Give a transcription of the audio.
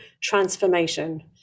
transformation